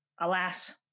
alas